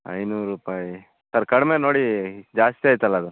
ಐನೂರು ರೂಪಾಯಿ ಸರ್ ಕಡಿಮೆ ನೋಡಿ ಜಾಸ್ತಿ ಆಯ್ತಲ್ಲಾ ಅದು